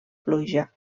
pluja